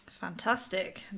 Fantastic